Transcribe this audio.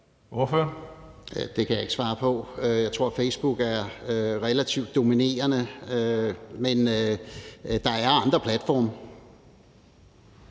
Brask (LA): Det kan jeg ikke svare på. Jeg tror, at Facebook er relativt dominerende, men der er andre platforme.